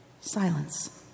silence